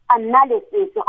analysis